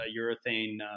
urethane